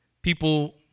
People